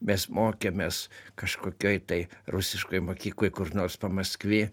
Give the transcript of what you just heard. mes mokėmės kažkokioj tai rusiškoj mokykloj kur nors pamaskvėj